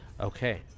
Okay